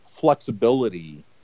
flexibility